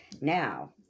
Now